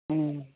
ओम